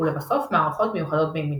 ולבסוף – מערכות מיוחדות במינן.